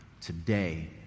Today